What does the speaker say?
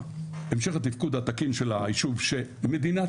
המשך התפקוד התקין של היישוב שמדינת